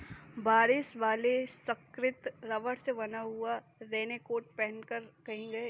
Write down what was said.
बारिश वाले दिन सुकृति रबड़ से बना हुआ रेनकोट पहनकर गई